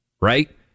right